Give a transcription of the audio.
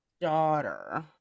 daughter